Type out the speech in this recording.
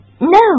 No